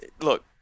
look